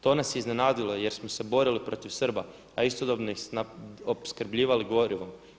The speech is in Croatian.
To nas je iznenadilo jer smo se borili protiv Srba, a istodobno ih opskrbljivali gorivom.